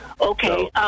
Okay